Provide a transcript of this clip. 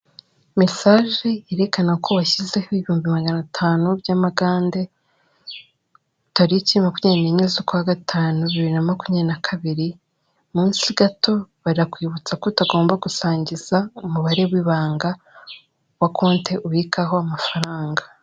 Mesaje yerekana ko washyizeho ibihumbi magana atanu by'amagande, tariki makumyabiri n'imwe z'ukwa gatanu bibiri na makumyabiri na kabiri, munsi gato barakwibutsa ko utagomba gusangiza umubare w'ibanga wa konti ubikaho amafaranga.